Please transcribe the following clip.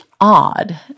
odd